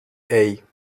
hey